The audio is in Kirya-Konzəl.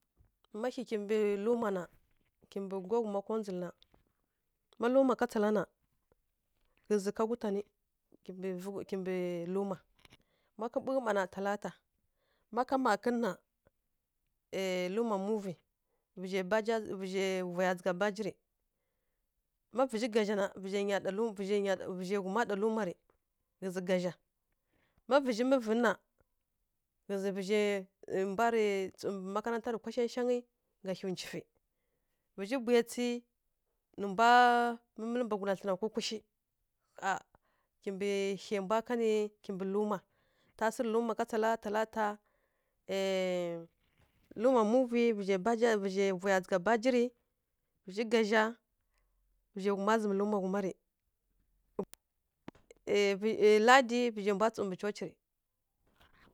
Ma hyi kimɓǝ luma na kimɓǝ gua wu ma kongǝl na ma luma ka tsala na ghǝzǝ ka wutǝn kimɓǝ vǝ kimɓǝ luma ma ka bukǝ mma na talata ma ka makǝn ma na ai luma muvuyǝ vǝzhǝ baji vǝzhǝ vuya jigha bagǝrǝ ma vǝzhǝ gaza na vǝzhǝ ɗa vǝzhǝ wu ma ɗa luma rǝ hyǝzǝ gaza ma vǝzhǝ mǝvǝn na hyǝzǝ vǝzhǝ mbwa ra tsu mbǝ makaranta rǝ kwa shǝshangǝ ghá hyi twufǝ vǝ bwayatsǝ nǝ mbwa mǝmǝl tlǝn na kukushǝ kimbǝ hyi mbwa ka kimɓǝ lumǝ ta sǝghǝrǝ luma ka tsala talata á luma muvu vǝzhǝ baja vǝzhǝ vuya jigha bajiri vǝghǝ gaza vǝzhǝ wu ma zǝm luma wu ma ri aa ladi vǝzhǝ wu ma tsu mbǝ church ri,